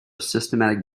systematic